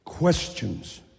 questions